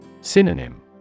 Synonym